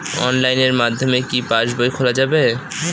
অনলাইনের মাধ্যমে কি পাসবই খোলা যাবে?